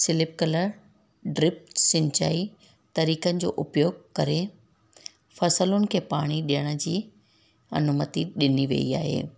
sleep colour drip सिंचाई तरीक़नि जो उपयोग करे फसलुनि खे पाणी ॾियण जी अनुमति ॾिनी वई आहे